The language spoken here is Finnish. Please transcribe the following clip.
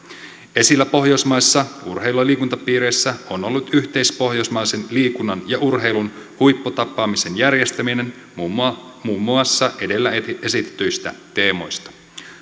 esillä pohjoismaisissa urheilu ja liikuntapiireissä on ollut yhteispohjoismaisen liikunnan ja urheilun huipputapaamisen järjestäminen muun muassa edellä esitetyistä teemoista